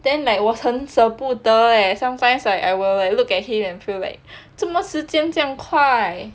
then like 我很舍不得 leh sometimes I will look at him and feel like 做莫时间这样快